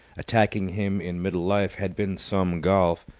attacking him in middle life, had been some golf,